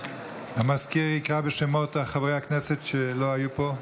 המזכיר יקרא בשמות חברי הכנסת שלא היו פה.